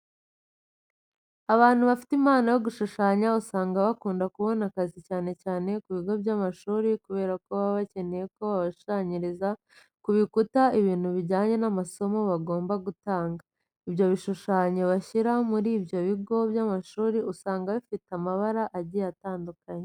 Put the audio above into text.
Abantu bafite impano yo gushushanya usanga bakunda kubona akazi cyane cyane ku bigo by'amashuri kubera ko baba bakeneye ko babashushanyiriza ku bikuta ibintu bijyanye n'amasomo bagomba gutanga. Ibyo bishushanyo bashyira muri ibyo bigo by'amashuri usanga bifite amabara agiye atandukanye.